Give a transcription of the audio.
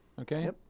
Okay